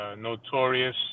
notorious